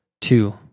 Two